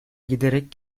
giderek